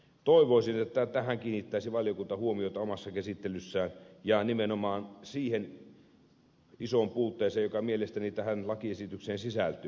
toivoisin että tähän kiinnittäisi valiokunta huomiota omassa käsittelyssään ja nimenomaan siihen isoon puutteeseen joka mielestäni tähän lakiesitykseen sisältyy